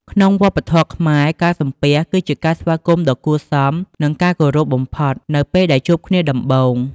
ក្នុងវប្បធម៌ខ្មែរ ការសំពះ គឺជាការស្វាគមន៍ដ៏គួរសម និងការគោរពបំផុត នៅពេលដែលជួបគ្នាដំបូង។